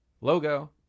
logo